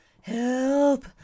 help